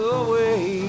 away